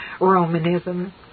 Romanism